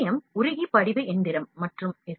M உருகி படிவு எந்திரம் மற்றும் எஸ்